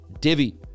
Divi